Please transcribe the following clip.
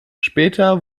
später